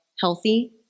healthy